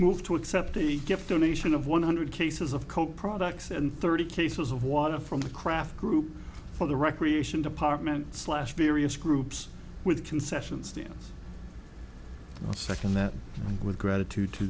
move to accept a gift donation of one hundred cases of coke products and thirty cases of water from the craft group for the recreation department slash derrius groups with concessions the second that with gratitude to